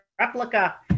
replica